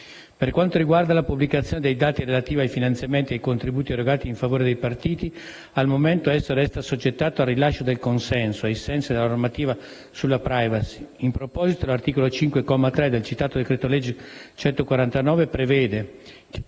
Per quanto riguarda la pubblicazione dei dati relativi ai finanziamenti e ai contributi erogati in favore dei partiti, al momento, esso resta assoggettato al rilascio del consenso, ai sensi della normativa sulla *privacy.* In proposito, l'articolo 5, comma 3, del citato decreto-legge n. 149, prevede